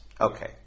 Okay